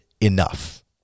enough